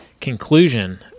conclusion